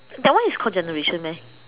that one is called generation meh